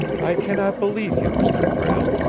i cannot believe you, mr. prale!